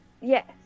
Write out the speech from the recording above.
Yes